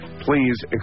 Please